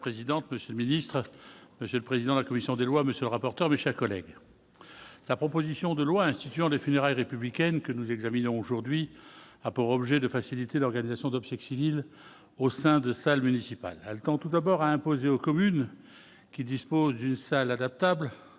présidente, monsieur le ministre, monsieur le président de la commission des lois, monsieur le rapporteur du chers collègues, la proposition de loi instituant des funérailles républicaine que nous examinons aujourd'hui a pour objet de faciliter l'organisation d'obsèques civiles au sein de salles municipales Alcan tout d'abord à imposer aux communes qui disposent d'une salle adaptable,